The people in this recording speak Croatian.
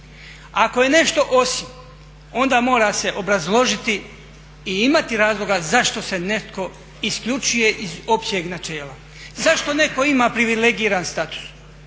Ako je nešto osim onda mora se obrazložiti i imati razloga zašto se netko isključuje iz općeg načela. Zašto netko ima privilegiran status?